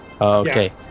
okay